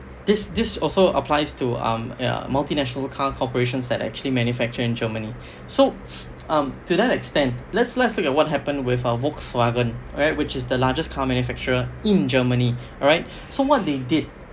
this this also applies to um a multinational car corporations that actually manufacture in germany so um to that extent let's let's look at what happened with uh Volkswagen right which is the largest car manufacturer in germany alright so what they did